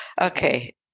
Okay